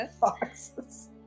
Foxes